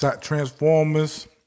Transformers